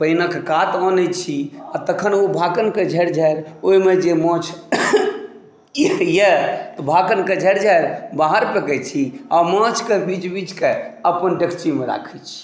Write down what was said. पानिक कात अनै छी आ तखन ओ भाखनिक झाड़ि झाड़ि ओहिमे जे माछ यऽ तऽ भाखनिक झाड़ि झाड़ि बाहर फेकै छी आ माछक बीछ बीछकऽ अपन डेकचीमे राखै छी